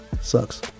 Sucks